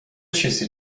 چیزی